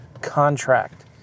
contract